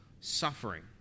suffering